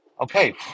Okay